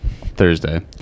thursday